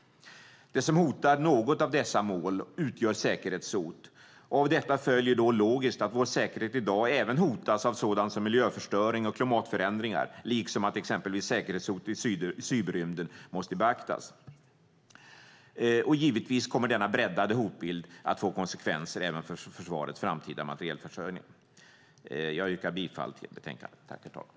Det som hotar något av dessa mål utgör säkerhetshot. Av detta följer därför logiskt att vår säkerhet i dag även hotas av sådant som miljöförstöring och klimatförändringar liksom att exempelvis säkerhetshot i cyberrymden måste beaktas. Givetvis kommer denna breddade hotbild att få konsekvenser även för försvarets framtida materielförsörjning. Jag yrkar bifall till förslaget i betänkandet.